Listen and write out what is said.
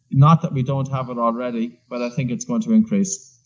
not that we don't have it already, but i think it's going to increase